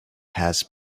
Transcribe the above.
has